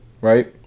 right